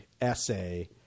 essay